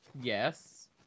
Yes